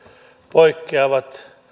poikkeavat